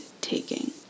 taking